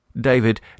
David